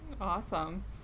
Awesome